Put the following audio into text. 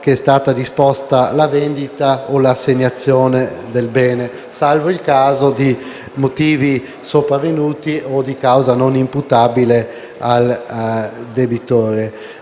che è stata disposta la vendita o l'assegnazione del bene, salvo il caso di motivi sopravvenuti o di causa non imputabile al debitore.